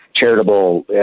charitable